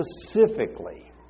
specifically